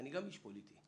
אני גם איש פוליטי.